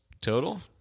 total